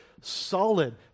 solid